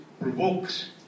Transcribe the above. provokes